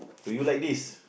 do you like this